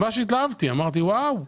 אמרתי: וואו.